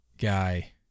guy